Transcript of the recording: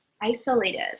isolated